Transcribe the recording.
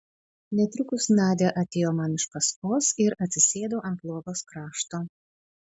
netrukus nadia atėjo man iš paskos ir atsisėdo ant lovos krašto